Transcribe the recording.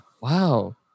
Wow